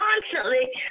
constantly